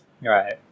right